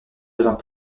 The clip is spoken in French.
devint